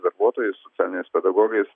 darbuotojais socialiniais pedagogais